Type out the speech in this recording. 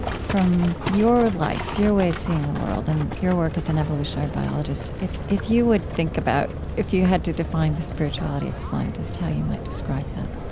from your life, your way of seeing the world and your work as an evolutionary biologist, if if you would think about if you had to define the spirituality of a scientist, how you might describe that